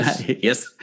Yes